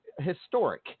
historic